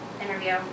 interview